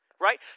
right